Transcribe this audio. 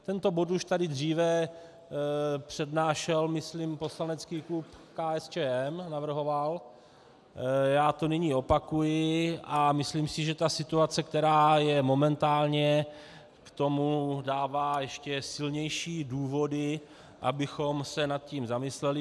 Tento bod už tady dříve přednášel myslím poslanecký klub KSČM, navrhoval, já to nyní opakuji a myslím si, že situace, která je momentálně k tomu, dává ještě silnější důvody, abychom se nad tím zamysleli.